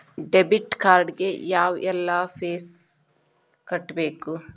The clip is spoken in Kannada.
ಡೆಬಿಟ್ ಕಾರ್ಡ್ ಗೆ ಯಾವ್ಎಲ್ಲಾ ಫೇಸ್ ಕಟ್ಬೇಕು